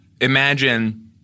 Imagine